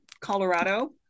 colorado